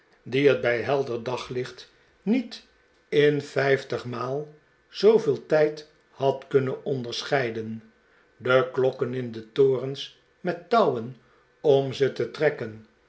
die het bij helder daglicht niet in vijftigmaal zooveel tijd had kunnen onderscheiden de klokken in de torens met touwen om ze te trekken